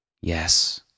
Yes